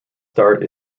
start